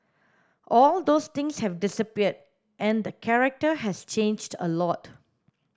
all those things have disappeared and the character has changed a lot